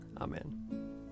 Amen